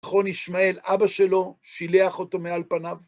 חון ישמעאל, אבא שלו, שילח אותו מעל פניו.